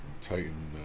Titan